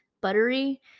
Buttery